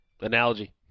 Analogy